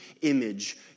image